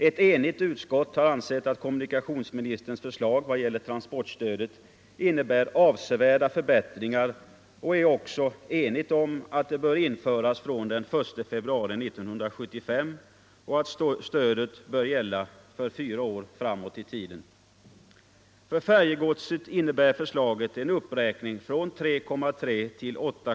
Ett enigt utskott har ansett att kommunikationsministerns förslag vad gäller transportstödet innebär avsevärda förbättringar; utskottet är också enigt om att stödet bör införas från den 1 februari 1975 och gälla fyra år framåt i tiden.